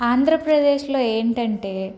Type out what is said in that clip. ఆంధ్రప్రదేశ్లో ఏంటంటే